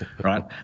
right